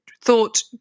thought